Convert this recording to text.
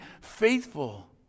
faithful